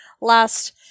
last